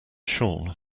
sean